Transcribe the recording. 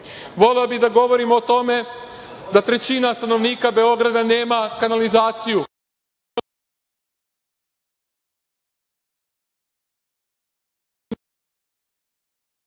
bih da govorimo o tome da trećina stanovnika Beograda nema kanalizaciju,